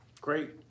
Great